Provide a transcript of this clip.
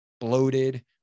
bloated